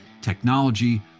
technology